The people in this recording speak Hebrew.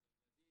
של הילדים,